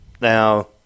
now